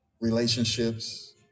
relationships